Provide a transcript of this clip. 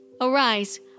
Arise